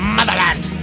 Motherland